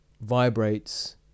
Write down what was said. vibrates